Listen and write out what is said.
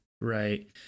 Right